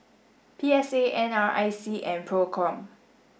P S A N R I C and PROCOM